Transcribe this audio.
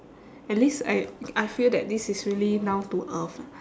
at least I I feel that this is really down to earth